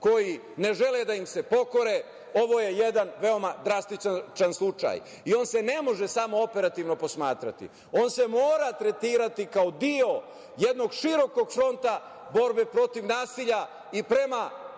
koji ne žele da im se pokore... Ovo je jedan veoma drastičan slučaj i on se ne može samo operativno posmatrati. On se mora tretirati kao deo jednog širokog fronta borbe protiv nasilja i prema